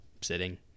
sitting